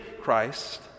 Christ